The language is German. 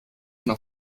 noch